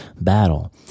battle